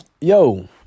Yo